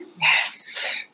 Yes